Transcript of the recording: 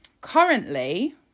currently